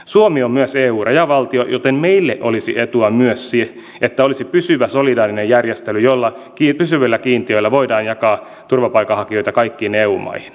suomi on myös eu rajavaltio joten meille olisi etua myös siitä että olisi pysyvä solidaarinen järjestely jossa pysyvillä kiintiöillä voitaisiin jakaa turvapaikanhakijoita kaikkiin eu maihin